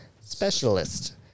specialist